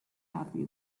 happy